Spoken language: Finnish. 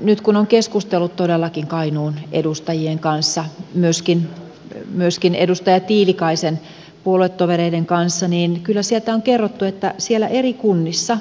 nyt kun olen keskustellut todellakin kainuun edustajien kanssa myöskin edustaja tiilikaisen puoluetovereiden kanssa niin kyllä sieltä on kerrottu että siellä eri kunnissa